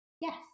Yes